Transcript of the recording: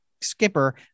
skipper